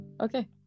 okay